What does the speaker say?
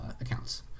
accounts